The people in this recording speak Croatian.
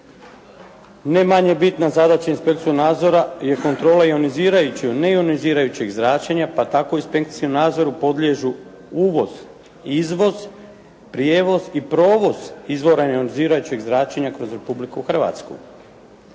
ne manje bitna inspekcija nadzora je kontrola ionizirajućeg i neionizirajućeg zračenja, pa tako inspekcijskom nadzoru podliježu uvoz, izvoz, prijevoz i provoz izvora ionizirajućeg zračenja kroz Republiku Hrvatsku.